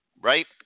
right